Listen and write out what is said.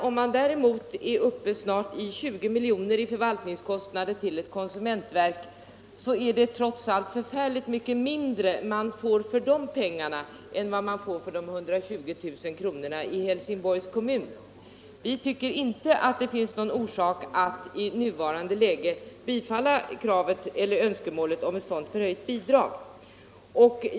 Om man däremot anslår snart 20 milj.kr. till konsumentverket för förvaltningskostnader får man trots allt förfärligt mycket mindre för de pengarna än man får för de 120 000 kronorna i Helsingborgs kommun. Vi tycker inte att det finns någon anledning att i nuvarande läge bifalla önskemålet om ett sådant förhöjt bidrag.